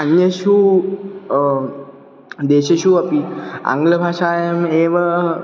अन्येषु देशेषु अपि आङ्ग्लभाषायाम् एव